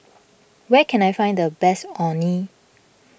where can I find the best Orh Nee